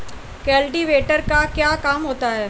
Cultivator का क्या काम होता है?